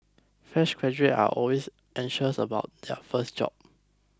fresh graduates are always anxious about their first job